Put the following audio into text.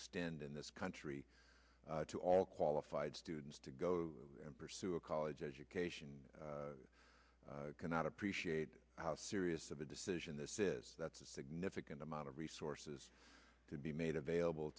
extend in this country to all qualified students to go and pursue a college education cannot appreciate how serious of a decision this is that's a significant amount of resources to be made available